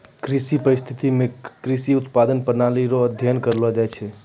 कृषि परिस्थितिकी मे कृषि उत्पादन प्रणाली रो अध्ययन करलो जाय छै